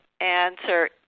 answer